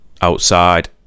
outside